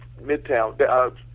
midtown